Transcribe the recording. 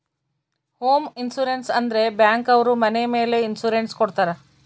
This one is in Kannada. ಹೋಮ್ ಇನ್ಸೂರೆನ್ಸ್ ಅಂದ್ರೆ ಬ್ಯಾಂಕ್ ಅವ್ರು ಮನೆ ಮೇಲೆ ಇನ್ಸೂರೆನ್ಸ್ ಕೊಡ್ತಾರ